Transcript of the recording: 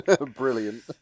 brilliant